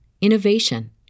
innovation